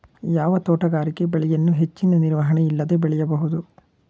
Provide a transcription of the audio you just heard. ಯಾವ ತೋಟಗಾರಿಕೆ ಬೆಳೆಯನ್ನು ಹೆಚ್ಚಿನ ನಿರ್ವಹಣೆ ಇಲ್ಲದೆ ಬೆಳೆಯಬಹುದು?